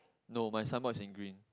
no my sign board is in green